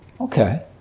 Okay